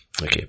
okay